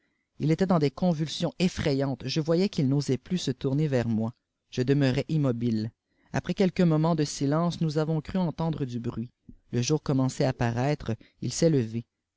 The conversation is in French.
il était dans des oonvidsions effrayantes je voyais qu'il n'aaait plus se tçumer irs moi je demeura irnsnobile après qudqu moments de snee nous avons cm entendre du bruit le joiffidommienfaié à paraître il fr'est levé